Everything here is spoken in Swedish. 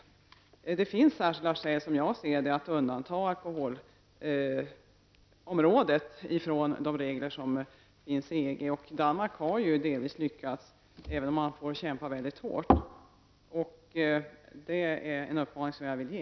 Som jag ser det finns det särskilda skäl att undanta alkoholområdet från de regler som finns inom EG. Danmark har delvis lyckats, även om man där har fått kämpa väldigt hårt.